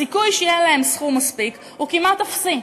הסיכוי שיהיה להן סכום מספיק הוא כמעט אפסי.